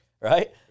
Right